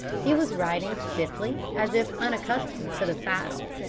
he was riding stiffly, as if unaccustomed to the saddle,